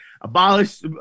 abolish